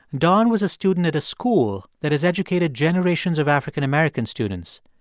and don was a student at a school that has educated generations of african-american students,